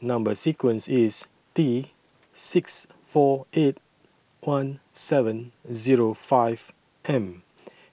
Number sequence IS T six four eight one seven Zero five M